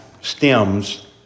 stems